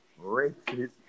racist